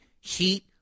heat